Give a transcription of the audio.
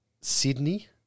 Sydney